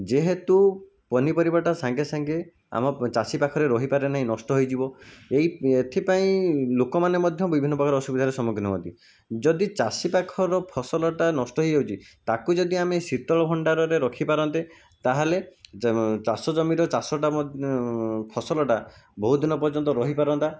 ଯେହେତୁ ପନିପରିବାଟା ସାଙ୍ଗେସାଙ୍ଗେ ଆମ ଚାଷୀ ପାଖରେ ରହିପାରେ ନାହିଁ ନଷ୍ଟ ହୋଇଯିବ ଏହି ଏଥିପାଇଁ ଲୋକମାନେ ମଧ୍ୟ ବିଭିନ୍ନ ପ୍ରକାର ଅସୁବିଧାର ସମ୍ମୁଖୀନ ହୁଅନ୍ତି ଯଦି ଚାଷୀ ପାଖର ଫସଲଟା ନଷ୍ଟ ହୋଇଯାଉଛି ତାକୁ ଯଦି ଆମେ ଶୀତଳ ଭଣ୍ଡାରରେ ରଖିପାରନ୍ତେ ତାହେଲେ ଚାଷଜମିର ଚାଷଟା ଫସଲଟା ବହୁତ ଦିନ ପର୍ଯ୍ୟନ୍ତ ରହିପାରନ୍ତା